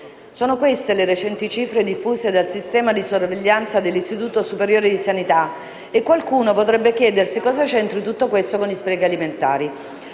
Sono queste le recenti cifre diffuse dal sistema di sorveglianza dell'Istituto superiore di Sanità e qualcuno potrebbe chiedersi cosa c'entri tutto questo con gli sprechi alimentari.